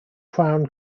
crown